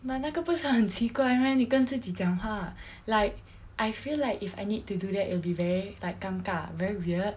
but 那个不是很奇怪 meh 妳跟自己讲话 like I feel like if I need to do that will be very like 尴尬 very weird